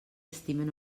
estimen